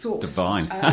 Divine